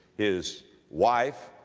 his wife,